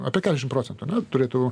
apie kedešim procentų ane turėtų